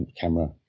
camera